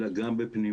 אלא גם בפנימיות